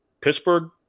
pittsburgh